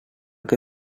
que